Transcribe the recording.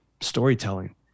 storytelling